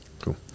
Cool